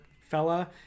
fella